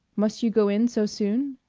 must you go in so soon?